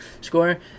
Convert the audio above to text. score